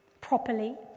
properly